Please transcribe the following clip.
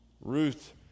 Ruth